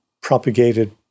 propagated